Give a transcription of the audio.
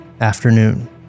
Afternoon